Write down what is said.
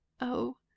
Oh